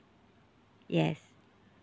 yes